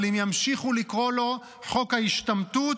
אבל הם ימשיכו לקרוא לו חוק ההשתמטות,